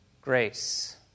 Grace